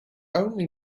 only